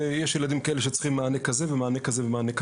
יש ילדים כאלה צריכים מענה כזה ויש שצריכים מענה אחר.